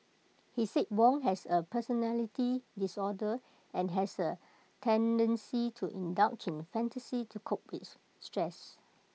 he said Wong has A personality disorder and has A tendency to indulge in fantasy to cope with stress